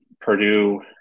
Purdue